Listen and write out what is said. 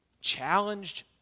challenged